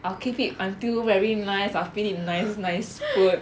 I'll keep it until very nice I'll feed it nice nice food